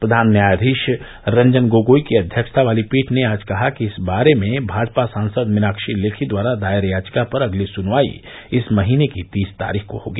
प्रधान न्यायाधीश रंजन गोगोई की अध्यक्षता वाली पीठ ने आज कहा कि इस बारे में भाजपा सासंद मीनाक्षी लेखी द्वारा दायर याचिका पर अगली सुनवाई इस महीने की तीस तारीख को होगी